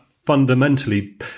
fundamentally